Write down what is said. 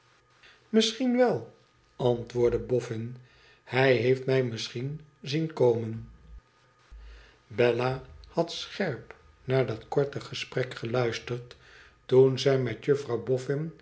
misschien wel antwoordde boffin hij heeft mij misschien zien komen bella had scherp naar dat korte gesprek geluisterd toen zij met juffrouw boffin